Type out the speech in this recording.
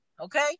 Okay